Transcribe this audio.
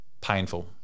Painful